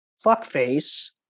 Fuckface